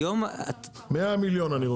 100 מיליון אני רוצה,